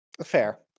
Fair